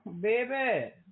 Baby